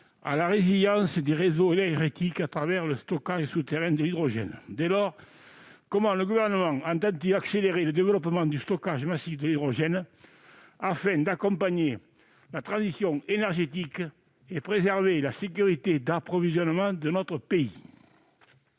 à la résilience des réseaux énergétiques au travers du stockage souterrain de l'hydrogène. Dès lors, comment le Gouvernement entend-il accélérer le développement du stockage massif de l'hydrogène afin d'accompagner la transition énergétique et de préserver la sécurité d'approvisionnement de notre pays ?